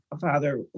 father